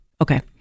okay